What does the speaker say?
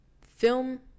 film